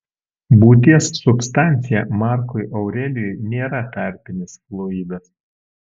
būties substancija markui aurelijui nėra tarpinis fluidas